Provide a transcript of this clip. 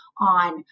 on